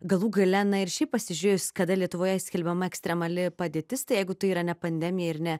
galų gale na ir šiaip pasižėjus kada lietuvoje skelbiama ekstremali padėtis tai jeigu tai yra ne pandemija ir ne